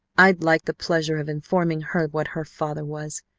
i'd like the pleasure of informing her what her father was.